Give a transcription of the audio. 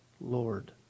Lord